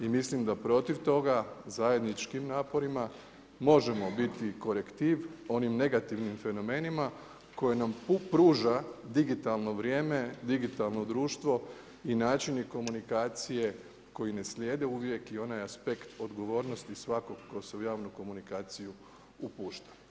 I mislim da protiv toga zajedničkim naporima možemo biti korektiv onim negativnim fenomenima, koji nam pruža digitalno vrijeme, digitalno društvo i načini komunikacije, koji ne slijede uvijek i onaj aspekt odgovornosti, svakog tko se u javnu komunikaciju upušta.